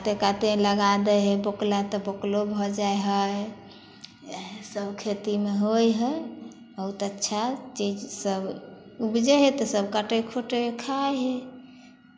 काते काते लगा दै हइ बौकला तऽ बौकलो भऽ जाइ हइ इएहसब खेतीमे होइ हइ बहुत अच्छा चीजसब उपजै हइ तऽ सब काटै खोटै हइ खाइ हइ